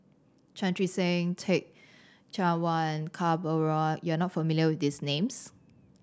Chan Chee Seng Teh Cheang Wan and Ka Perumal you are not familiar with these names